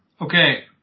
Okay